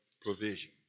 provision